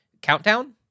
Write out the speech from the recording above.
Countdown